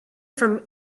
from